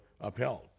upheld